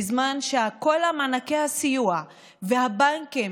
בזמן שכל מענקי הסיוע והבנקים,